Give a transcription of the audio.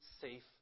safe